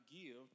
give